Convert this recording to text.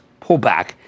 pullback